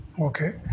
Okay